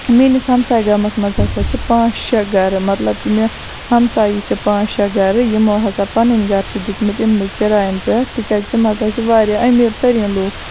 میٲنِس ہَمساے گامَس مَنٛز ہَسا چھ پانٛژھ شیٚے گَرٕ مَطلَب مےٚ ہَمسایی چھِ پانٛژھ شیٚے گَرٕ یِمو ہَسا پَنٕنۍ گَرٕ چھِ دِتمٕتۍ یمنٕے کِرایَن پٮ۪ٹھ تکیازِ تِم ہَسا چھِ واریاہ امیٖر تٔریٖن لُکھ